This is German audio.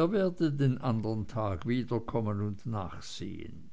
er werde den andern tag wiederkommen und nachsehen